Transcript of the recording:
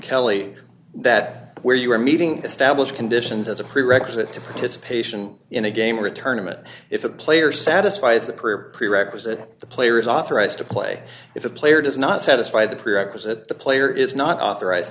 kelley that where you are meeting the stablish conditions as a prerequisite to participation in a game or tournaments if a player satisfies the career prerequisite the player is authorized to play if a player does not satisfy the prerequisite the player is not authorized